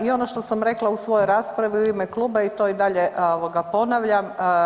I ono što sam rekla u svojoj raspravi u ime Kluba i to dalje ponavljam.